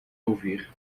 ouvir